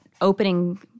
opening